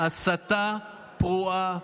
זו הסתה פרועה.